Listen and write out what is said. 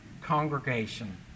congregation